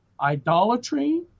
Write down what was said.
idolatry